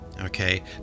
okay